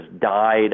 died